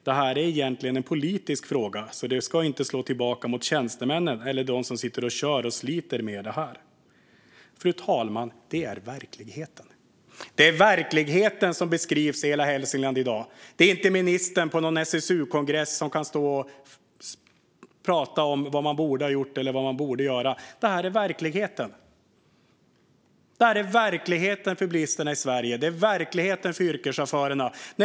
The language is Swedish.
Det här är egentligen en politisk fråga, så det ska inte slå tillbaka mot tjänstemännen eller de som sitter och kör och sliter med det här." Fru talman! Det är verkligheten. Det är verkligheten som beskrivs på helahalsingland.se i dag. Det är inte ministern på någon SSU-kongress som står och pratar om vad man borde ha gjort eller vad man borde göra. Det här är verkligheten. Det här är verkligheten för bilisterna i Sverige. Det är verkligheten för yrkeschaufförerna.